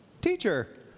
teacher